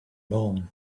loan